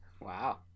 Wow